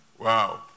wow